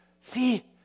See